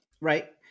Right